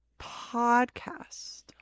podcast